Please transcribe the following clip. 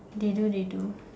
they do they do